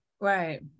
right